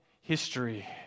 history